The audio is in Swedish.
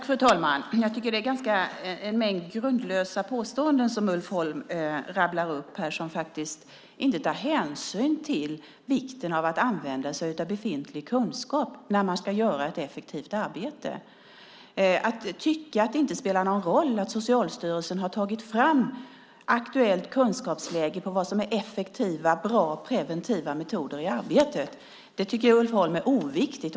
Fru talman! Jag tycker att det är en mängd grundlösa påståenden som Ulf Holm rabblar upp här som inte tar hänsyn till vikten av att använda sig av befintlig kunskap när man ska göra ett effektivt arbete. Ulf Holm tycker att det inte spelar någon roll att Socialstyrelsen har tagit fram aktuellt kunskapsläge när det gäller vad som är effektiva, bra och preventiva metoder i arbetet. Det tycker Ulf Holm är oviktigt.